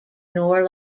nor